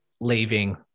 leaving